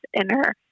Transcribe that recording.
inner